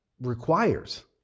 requires